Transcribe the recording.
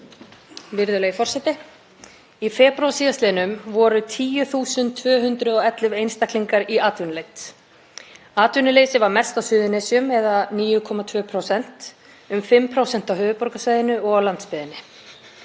Virðulegi forseti. Í febrúar síðastliðnum voru 10.211 einstaklingar í atvinnuleit. Atvinnuleysi var mest á Suðurnesjum eða 9,2%, um 5% á höfuðborgarsvæðinu og á landsbyggðinni.